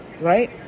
right